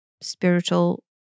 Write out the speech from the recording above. spiritual